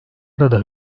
arada